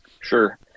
Sure